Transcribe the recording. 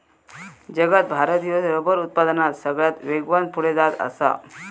जगात भारत ह्यो रबर उत्पादनात सगळ्यात वेगान पुढे जात आसा